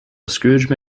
scrooge